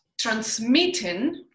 transmitting